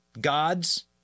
God's